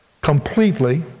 completely